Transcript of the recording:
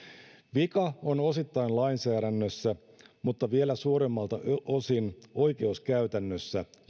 vika on osittain lainsäädännössä mutta vielä suuremmalta osin oikeuskäytännössä